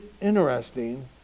interesting